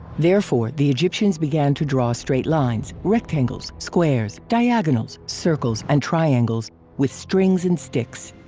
therefore, the egyptians began to draw straight lines, rectangles, squares, diagonals, circles and triangles with strings and sticks.